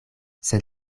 sed